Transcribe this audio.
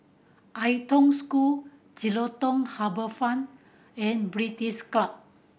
Ai Tong School Jelutung Harbour Fine and British Club